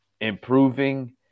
improving